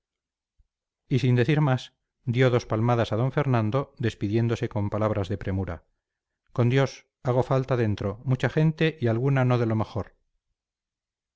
decir más dio dos palmadas a don fernando despidiéndose con palabras de premura con dios hago falta dentro mucha gente y alguna no de lo mejor